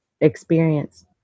experience